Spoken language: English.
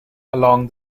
along